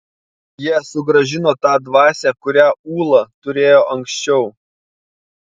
jie sugrąžino tą dvasią kurią ūla turėjo anksčiau